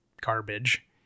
garbage